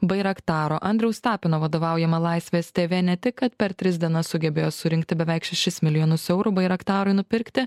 bairaktaro andriaus tapino vadovaujama laisvės tv ne tik kad per tris dienas sugebėjo surinkti beveik šešis milijonus eurų bairaktarui nupirkti